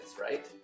right